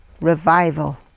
revival